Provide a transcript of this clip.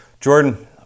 Jordan